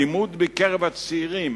האלימות בקרב הצעירים